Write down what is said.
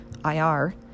IR